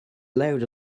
loud